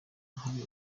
ahari